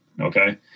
Okay